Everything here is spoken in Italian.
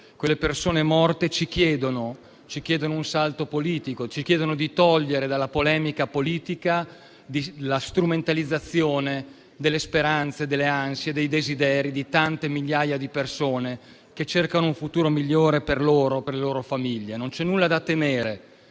Quelle persone morte ci chiedono di fare un salto politico e di togliere dalla polemica politica la strumentalizzazione delle speranze, delle ansie e dei desideri di tante migliaia di persone che cercano un futuro migliore per sé e per le loro famiglie. Non c'è nulla da temere